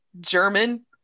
german